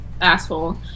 asshole